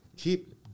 Keep